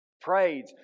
prayed